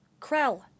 Krell